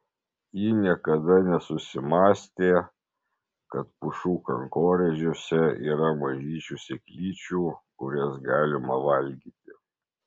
ji niekada nesusimąstė kad pušų kankorėžiuose yra mažyčių sėklyčių kurias galima valgyti